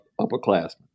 upperclassmen